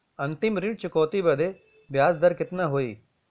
अंतिम ऋण चुकौती बदे ब्याज दर कितना होई?